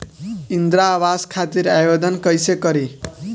इंद्रा आवास खातिर आवेदन कइसे करि?